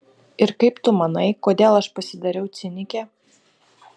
ir kaip tu manai kodėl aš pasidariau cinikė